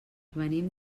venim